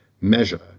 measure